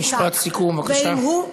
משפט סיכום, בבקשה.